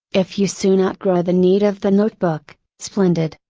if you soon outgrow the need of the notebook, splendid.